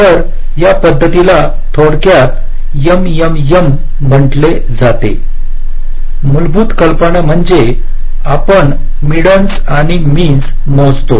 तर या पद्धतीला थोडक्यात एमएमएम म्हटले जाते मूलभूत कल्पना म्हणजे आपण मेडीन्स आणि मिनस मोजता